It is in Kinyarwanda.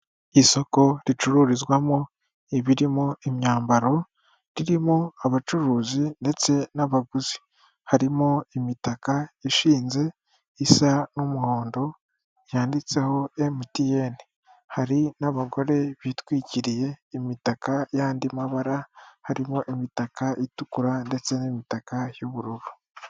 Isoko ricururizwamo ibirimo imyambaro, ririmo abacuruzi ndetse n'abaguzi, harimo imitaka yashinze isa n'umuhondo yanditseho MTN, hari n'abagore bitwikiriye imitaka y'andi mabara harimo imitaka itukura ndetse n'imitaka y'ubururu.